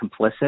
complicit